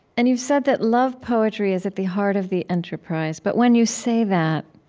and you've said that love poetry is at the heart of the enterprise, but when you say that,